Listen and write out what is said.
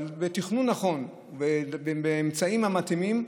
אבל בתכנון נכון, באמצעים המתאימים,